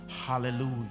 Hallelujah